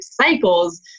cycles